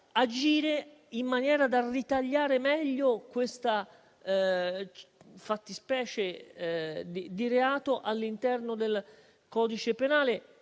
agire in maniera da ritagliare in modo migliore questa fattispecie di reato all'interno del codice penale,